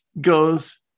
goes